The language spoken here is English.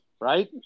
right